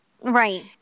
Right